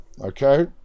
okay